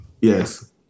Yes